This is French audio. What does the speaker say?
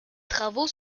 travaux